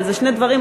אבל זה שני דברים.